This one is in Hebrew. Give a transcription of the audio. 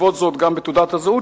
ובעקבות זאת גם בתעודת הזהות,